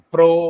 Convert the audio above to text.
Pro